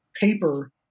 paper